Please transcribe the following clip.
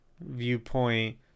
viewpoint